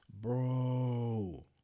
Bro